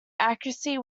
accuracy